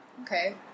Okay